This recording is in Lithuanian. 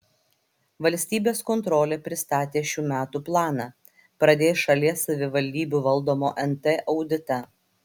valstybės kontrolė pristatė šių metų planą pradės šalies savivaldybių valdomo nt auditą